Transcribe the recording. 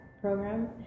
program